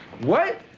what?